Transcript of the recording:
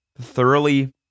thoroughly